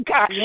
God